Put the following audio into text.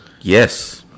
Yes